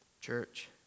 Church